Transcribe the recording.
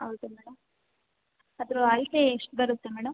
ಹೌದಾ ಮೇಡಮ್ ಅದರ ಅಳತೆ ಎಷ್ಟು ಬರುತ್ತೆ ಮೇಡಮ್